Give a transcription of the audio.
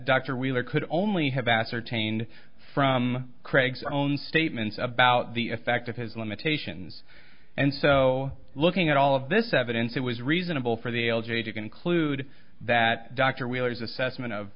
dr wheeler could only have ascertained from craig's own statements about the effect of his limitations and so looking at all of this evidence it was reasonable for the l g to conclude that dr wheeler's assessment of